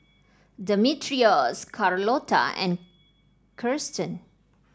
Demetrios Carlota and Kirsten